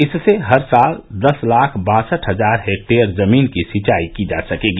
इससे हर साल दस लाख बासठ हजार हेक्टेयर जमीन की सिंचाई की जा सकेगी